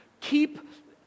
keep